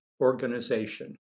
organization